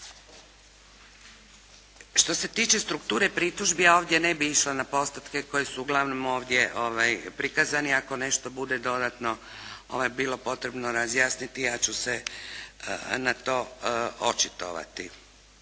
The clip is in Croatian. Što se tiče strukture pritužbi ja ovdje ne bih išla na postotke koji su uglavnom ovdje prikazani. Ako nešto bude dodatno potrebno razjasniti ja ću se na to očitovati.